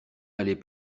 allez